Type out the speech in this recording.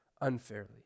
unfairly